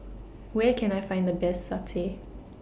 Where Can I Find The Best Satay